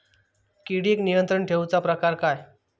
किडिक नियंत्रण ठेवुचा प्रकार काय?